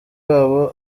wabo